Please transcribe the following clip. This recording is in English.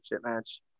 match